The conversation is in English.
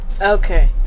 Okay